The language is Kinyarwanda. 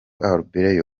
arbeloa